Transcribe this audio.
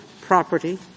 property